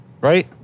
Right